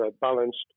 balanced